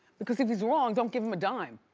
because if he's wrong, don't give him a dime.